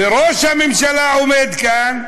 וראש הממשלה עומד כאן,